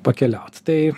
pakeliauti tai